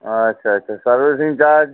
আচ্ছা আচ্ছা servicing charge